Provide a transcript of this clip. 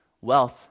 Wealth